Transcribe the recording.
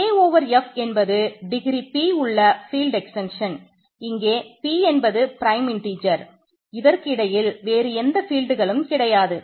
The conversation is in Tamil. K ஓவர் கிடையவே கிடையாது